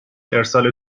ارسال